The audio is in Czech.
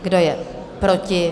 Kdo je proti?